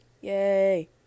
Yay